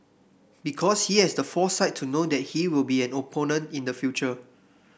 because he has the foresight to know that he will be an opponent in the future